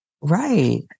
Right